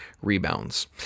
rebounds